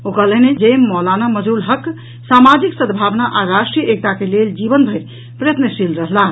ओ कहलनि जे मौलाना मजहरूल हक सामाजिक सद्भावना आ राष्ट्रीय एकता के लेल जीवन भरि प्रयत्नशील रहलाह